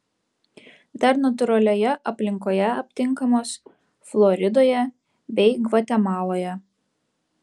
dar natūralioje aplinkoje aptinkamos floridoje bei gvatemaloje